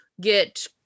get